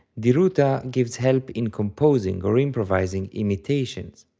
diruta gives help in composing or improvising imitations.